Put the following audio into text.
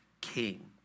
king